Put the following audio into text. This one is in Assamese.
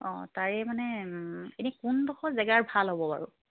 অঁ তাৰে মানে এনেই কোনডোখৰ জেগাৰ ভাল হ'ব বাৰু